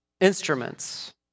instruments